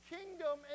Kingdom